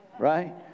right